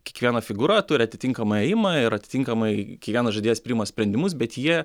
kiekviena figūra turi atitinkamą ėjimą ir atitinkamai kiekvienas žaidėjas priima sprendimus bet jie